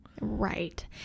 Right